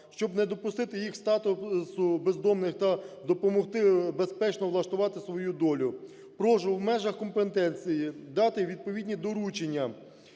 щоб не допустити їх статусу бездомних та допомогти безпечно влаштувати свою долю, прошу в межах компетенції дати відповідні доручення